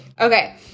okay